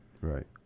Right